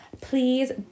Please